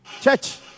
church